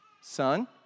son